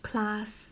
class